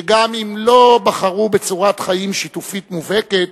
שגם אם לא בחרו בצורת חיים שיתופית מובהקת,